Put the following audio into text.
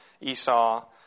Esau